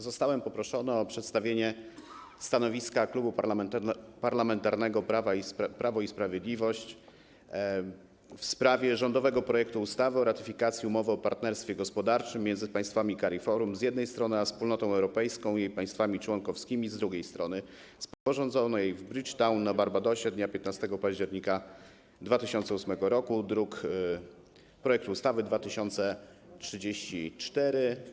Zostałem poproszony o przedstawienie stanowiska Klubu Parlamentarnego Prawo i Sprawiedliwość w sprawie rządowego projektu ustawy o ratyfikacji Umowy o partnerstwie gospodarczym między państwami CARIFORUM, z jednej strony, a Wspólnotą Europejską i jej państwami członkowskimi, z drugiej strony, sporządzonej w Bridgetown na Barbadosie dnia 15 października 2008 r., druk nr 2034.